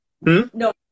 No